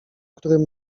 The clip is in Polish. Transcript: którym